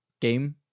game